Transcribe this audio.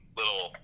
little